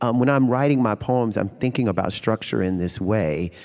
um when i'm writing my poems, i'm thinking about structure in this way,